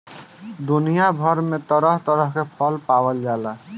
दुनिया भर में तरह तरह के फल पावल जाला